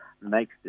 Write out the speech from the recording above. makes